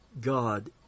God